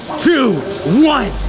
two, one,